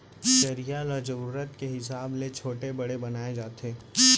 चरिहा ल जरूरत के हिसाब ले छोटे बड़े बनाए जाथे